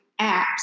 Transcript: apps